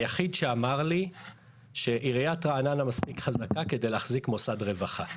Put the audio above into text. הוא היחיד שאמר לי שעיריית רעננה מספיק חזקה כדי להחזיק מוסד רווחה.